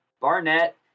Barnett